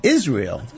Israel